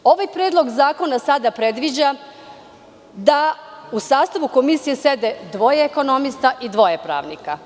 Ovaj predlog zakona sada predviđa da u sastavu Komisije sede dva ekonomista i dva pravnika.